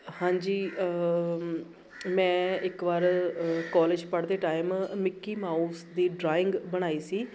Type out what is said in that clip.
ਹਾਂਜੀ ਮੈਂ ਇੱਕ ਵਾਰ ਕੋਲਜ ਪੜ੍ਹਦੇ ਟਾਈਮ ਮਿੱਕੀ ਮਾਊਸ ਦੀ ਡਰਾਇੰਗ ਬਣਾਈ ਸੀ